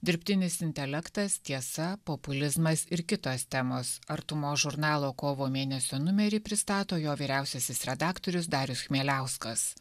dirbtinis intelektas tiesa populizmas ir kitos temos artumos žurnalo kovo mėnesio numerį pristato jo vyriausiasis redaktorius darius chmieliauskas